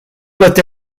doit